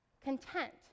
Content